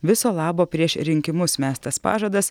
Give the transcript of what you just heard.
viso labo prieš rinkimus mestas pažadas